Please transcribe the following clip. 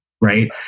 right